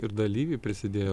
ir dalyviai prisidėjo